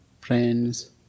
friends